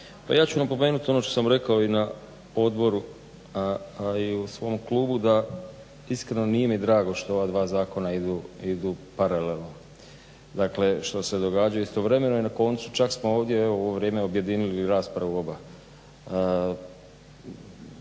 ja ću napomenuti ono što sam rekao i na odboru a i u svom klubu da iskreno nije mi drago što ova dva zakona idu paralelno, dakle što se događaju istovremeno. I na koncu čak smo ovdje u ovo vrijeme objedinili raspravu o oba.